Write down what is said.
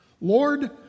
Lord